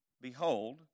Behold